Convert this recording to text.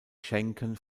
schenken